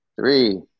three